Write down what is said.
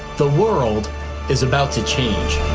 the world is about to change.